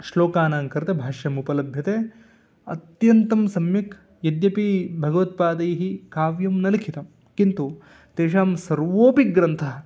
श्लोकानां कृते भाष्यम् उपलभ्यते अत्यन्तं सम्यक् यद्यपि भगवत्पादैः काव्यं न लिखितं किन्तु तेषां सर्वोपि ग्रन्थाः